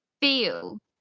feel